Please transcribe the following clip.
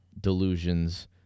Delusions